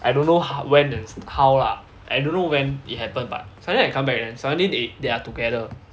I don't know ho~ when and how lah I don't know when it happened but suddenly I come back then suddenly they are together